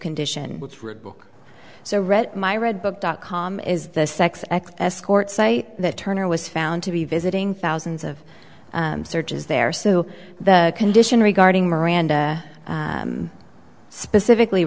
condition so read my red book dot com is the sex escort site that turner was found to be visiting thousands of searches there so the condition regarding miranda specifically